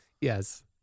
Yes